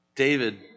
David